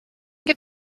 get